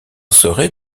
serez